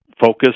focus